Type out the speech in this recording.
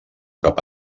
cap